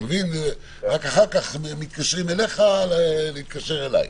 אחר כך מתקשרים אליך להתקשר אליי.